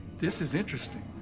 this is interesting.